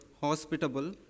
hospitable